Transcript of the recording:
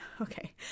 Okay